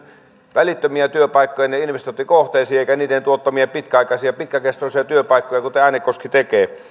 välittömiä työpaikkoja investointikohteisiin eikä niiden tuottamia pitkäaikaisia ja pitkäkestoisia työpaikkoja kuten äänekoski tekee